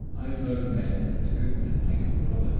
i've known men, and good men like your brother,